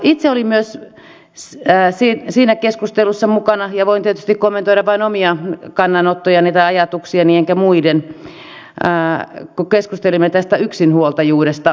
itse olin myös siinä keskustelussa mukana ja voin tietysti kommentoida vain omia kannanottojani tai ajatuksiani enkä muiden kun keskustelimme tästä yksinhuoltajuudesta